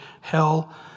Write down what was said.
hell